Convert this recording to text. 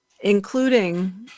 including